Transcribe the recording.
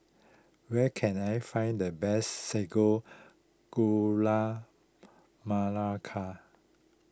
where can I find the best Sago Gula Malaka